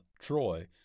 Troy